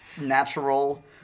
natural